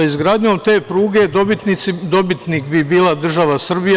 Sa izgradnjom te pruge, dobitnik bi bila država Srbija.